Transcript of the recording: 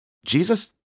Jesus